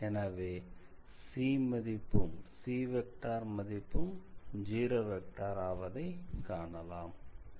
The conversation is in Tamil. எனவே மதிப்பும் ஆவதை காணலாம்